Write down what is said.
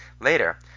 Later